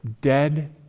Dead